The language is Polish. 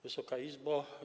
Wysoka Izbo!